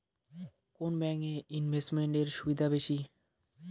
কোন ব্যাংক এ ইনভেস্টমেন্ট এর সুবিধা বেশি?